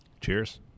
Cheers